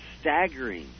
staggering